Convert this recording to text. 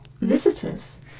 visitors